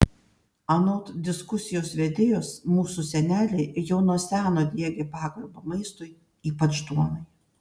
anot diskusijos vedėjos mūsų seneliai jau nuo seno diegė pagarbą maistui ypač duonai